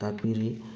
ꯇꯥꯛꯄꯤꯔꯤ